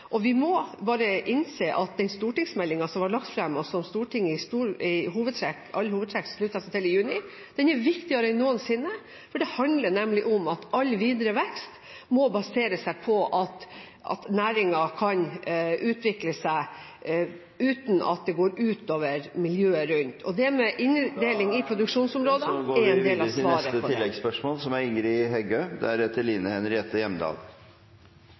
Vi må bare innse at den stortingsmeldingen som ble lagt fram, og som Stortinget i all hovedsak sluttet seg til i juni, er viktigere enn noensinne, for det handler nemlig om at all videre vekst må basere seg på at næringen kan utvikle seg uten at det går ut over miljøet rundt. Og det med … Tiden er omme. Ingrid Heggø – til oppfølgingsspørsmål. I